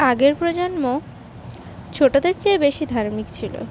আগের প্রজন্ম ছোটোদের চেয়ে বেশি ধার্মিক ছিল